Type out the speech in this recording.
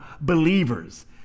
believers